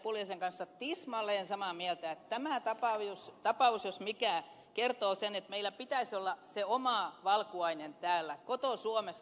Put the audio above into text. pulliaisen kanssa tismalleen samaa mieltä että tämä tapaus jos mikä kertoo sen että meillä pitäisi olla se oma valkuainen täällä koto suomessa tuotettuna